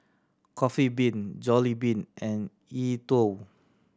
Coffee Bean Jollibean and E Twow